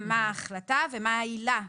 מה ההחלטה ומה העילה.